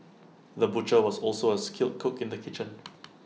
the butcher was also A skilled cook in the kitchen